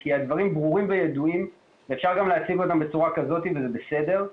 כי הדברים ברורים וידועים ואפשר גם לשים אותם בצורה כזאת וזה בסדר.